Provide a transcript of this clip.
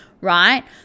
right